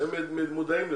הם מודעים לזה.